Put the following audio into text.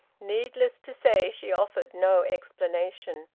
needless to say, she offered no explanation.